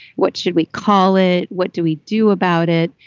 what should we call it? what do we do about it?